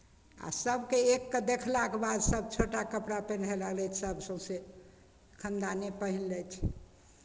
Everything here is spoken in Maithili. आ सभके एककेँ देखलाके बाद सभ छोटा कपड़ा पेन्हय लगलै सभ सौँसै खानदाने पहिन लै छै